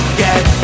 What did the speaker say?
get